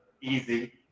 easy